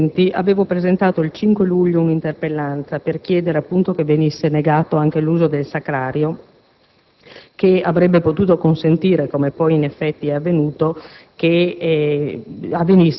In considerazione dei precedenti, il 5 luglio avevo presentato un'interpellanza per chiedere, appunto, che venisse negato anche l'uso del Sacrario che avrebbe potuto consentire, come poi in effetti è avvenuto,